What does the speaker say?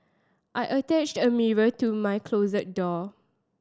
I attached a mirror to my closet door